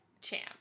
champ